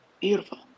beautiful